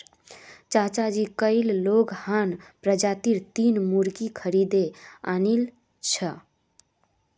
चाचाजी कइल लेगहॉर्न प्रजातीर तीन मुर्गि खरीदे आनिल छ